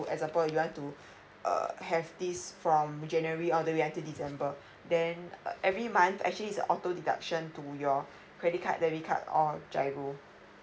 example you want to err have this from january all the way until december then uh every month actually is a auto deduction to your credit card debit card or giro